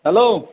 hello